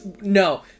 No